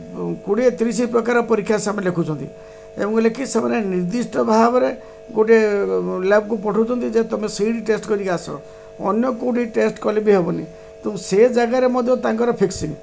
କୋଡ଼ିଏ ତିରିଶି ପ୍ରକାର ପରୀକ୍ଷା ସେମାନେ ଲେଖୁଛନ୍ତି ଏବଂ ଲେଖି ସେମାନେ ନିର୍ଦ୍ଦିଷ୍ଟ ଭାବରେ ଗୋଟେ ଲ୍ୟାବ୍କୁ ପଠାଉଛନ୍ତି ଯେ ତୁମେ ସେଇଠି ଟେଷ୍ଟ୍ କରିକି ଆସ ଅନ୍ୟ କେଉଁଠି ଟେଷ୍ଟ୍ କଲେ ବି ହେବନି ତ ସେ ଜାଗାରେ ମଧ୍ୟ ତାଙ୍କର ଫିକ୍ସିଂ